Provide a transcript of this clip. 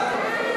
להצביע.